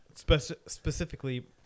specifically